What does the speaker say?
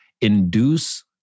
induce